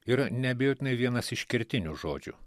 yra neabejotinai vienas iš kertinių žodžių